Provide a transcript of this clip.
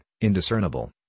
indiscernible